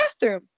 bathroom